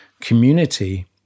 community